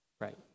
right